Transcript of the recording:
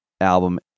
album